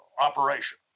operation